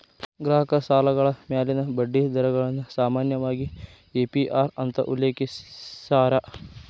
ಗ್ರಾಹಕ ಸಾಲಗಳ ಮ್ಯಾಲಿನ ಬಡ್ಡಿ ದರಗಳನ್ನ ಸಾಮಾನ್ಯವಾಗಿ ಎ.ಪಿ.ಅರ್ ಅಂತ ಉಲ್ಲೇಖಿಸ್ಯಾರ